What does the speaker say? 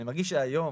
אני מרגיש שהיום,